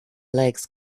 legs